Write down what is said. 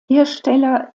hersteller